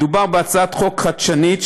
מדובר בהצעת חוק חדשנית,